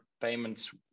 payments